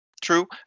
True